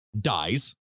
dies